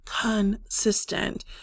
consistent